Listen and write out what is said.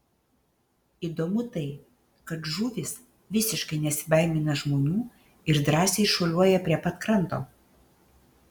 įdomu tai kad žuvys visiškai nesibaimina žmonių ir drąsiai šuoliuoja prie pat kranto